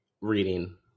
reading